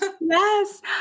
Yes